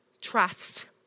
trust